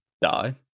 die